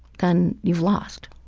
then you've lost.